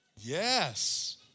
Yes